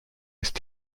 ist